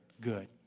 good